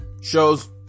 shows